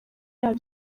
yabo